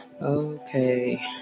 okay